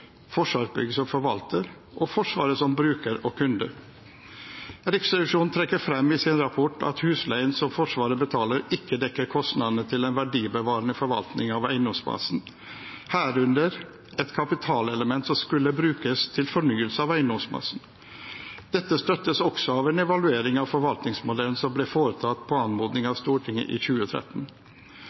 Forsvarsbygg som forvalter og Forsvaret som bruker og kunde. Riksrevisjonen trekker i sin rapport frem at husleien som Forsvaret betaler, ikke dekker kostnadene til en verdibevarende forvaltning av eiendomsmassen, herunder et kapitalelement som skulle brukes til fornyelse av eiendomsmassen. Dette støttes også av en evaluering av forvaltningsmodellen som ble foretatt på anmodning av Stortinget i 2013.